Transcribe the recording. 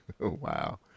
wow